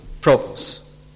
problems